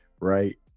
right